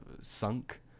sunk